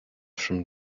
from